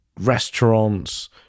restaurants